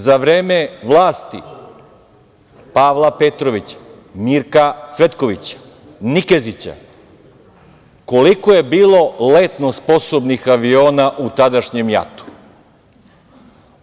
Za vreme vlasti Pavla Petrovića, Mirka Cvetkovića, Nikezića, koliko je bilo letno sposobnih aviona u tadašnjem JAT-u.